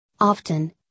Often